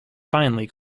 finely